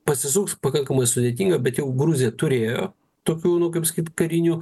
pasisuks pakankamai sudėtinga bet jau gruzija turėjo tokių nu kaip sakyt karinių